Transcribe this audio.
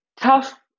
tough